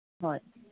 ꯍꯣꯏ